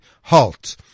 halt